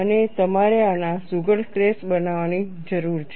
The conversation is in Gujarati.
અને તમારે આના સુઘડ સ્કેચ બનાવવાની જરૂર છે